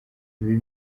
ibi